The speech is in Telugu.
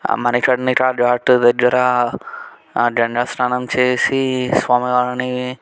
మణికర్ణిక ఘాటు దగ్గర గంగా స్నానం చేసి స్వామివారిని